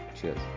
Cheers